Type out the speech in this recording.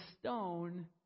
stone